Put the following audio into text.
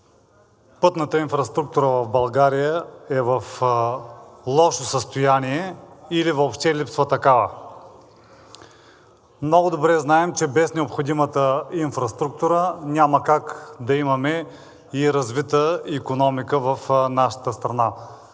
пътната инфраструктура в България е в лошо състояние или въобще липсва такава. Много добре знаем, че без необходимата инфраструктура няма как да имаме и развита икономика в нашата страна.